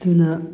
ꯑꯗꯨꯅ